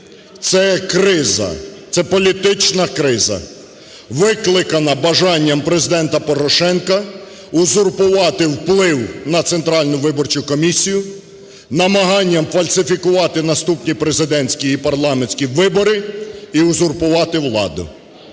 це криза, це політична криза, викликана бажанням Президента Порошенка узурпувати вплив на Центральну виборчу комісію, намаганням фальсифікувати наступні президентські і парламентські вибори і узурпувати владу.